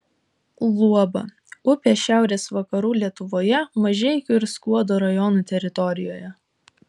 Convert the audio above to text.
luoba upė šiaurės vakarų lietuvoje mažeikių ir skuodo rajonų teritorijoje